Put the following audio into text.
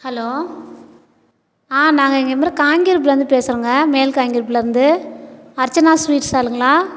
hello ஆ நாங்கள் இங்க மாரி காங்கிரிப்லேந்து பேசுறோங்க மேல் காங்கிரிப்லருந்து அர்ச்சனா ஸ்வீட் ஸ்டாலுங்களா